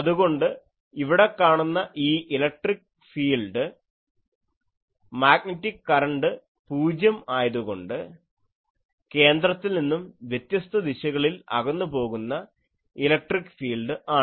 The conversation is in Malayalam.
അതുകൊണ്ട് ഇവിടെ കാണുന്ന ഈ ഇലക്ട്രിക് ഫീൽഡ് മാഗ്നെറ്റിക് കറണ്ട് പൂജ്യം ആയതുകൊണ്ട് കേന്ദ്രത്തിൽ നിന്നും വ്യത്യസ്തദിശകളിൽ അകന്നു പോകുന്ന ഇലക്ട്രിക് ഫീൽഡ് ആണ്